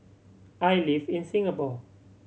I live in Singapore